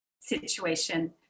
situation